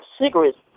cigarettes